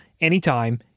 anytime